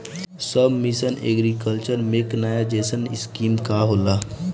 सब mission on agriculture mechanisation scheme का होला?